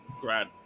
grad